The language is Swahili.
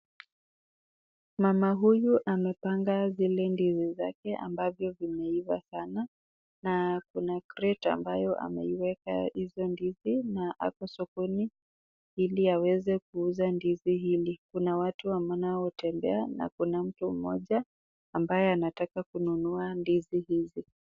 Mama huyu anapanga zile ndizi zake ambazo zimeiva sana, na kuna crate ambayo ameiweka hizo ndizi, na ako sokoni ili aweze kuuza ndizi hili. Kuna watu ambao wanatembea, na mtu mmoja ambaye anataka kununua ndizi hizi.